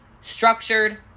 Structured